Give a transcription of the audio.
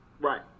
Right